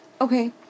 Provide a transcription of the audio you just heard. Okay